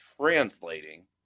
translating